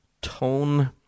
tone